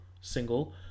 single